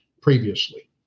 previously